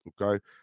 okay